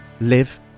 live